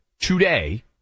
today